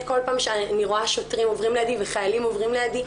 כל פעם כשאני רואה שוטרים עוברים לידי וחיילים עוברים לידי.